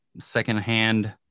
secondhand